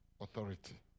authority